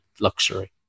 luxury